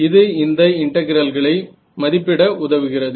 இது இந்த இன்டெகிரல்களை மதிப்பிட உதவுகிறது